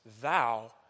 Thou